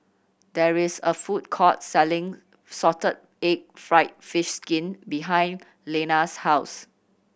there is a food court selling salted egg fried fish skin behind Leanna's house